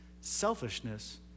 selfishness